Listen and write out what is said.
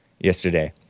yesterday